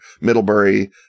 Middlebury